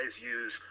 use